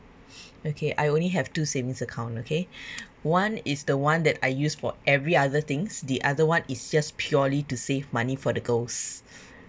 okay I only have two savings account okay one is the one that I use for every other things the other one is just purely to save money for the girls